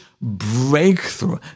breakthrough